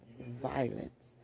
violence